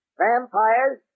vampires